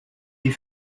die